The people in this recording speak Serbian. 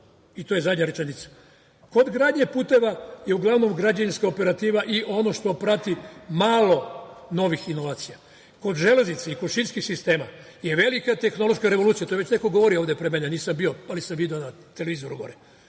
To je zadnja rečenica. Kod gradnje puteva je uglavnom građevinska operativa i ono što prati malo novih inovacija. Kod železnice i kod šinskih sistema je velika tehnološka revolucija, to je već neko govorio ovde pre mene, nisam bio ali sam video na televizoru